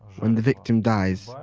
when the victim dies,